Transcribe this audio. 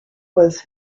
was